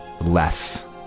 Less